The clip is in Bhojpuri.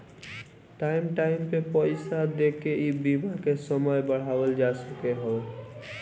टाइम टाइम पे पईसा देके इ बीमा के समय बढ़ावल जा सकत हवे